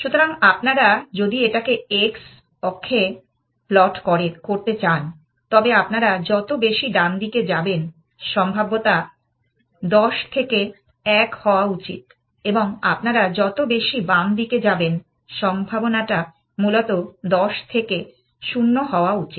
সুতরাং আপনারা যদি এটাকে x অক্ষে প্লট করতে চান তবে আপনারা যত বেশি ডানদিকে যাবেন সম্ভাব্যতা 10 থেকে 1 হওয়া উচিত এবং আপনারা যত বেশি বাম দিকে যাবেন সম্ভাবনাটা মূলত 10 থেকে 0 হওয়া উচিত